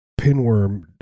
pinworm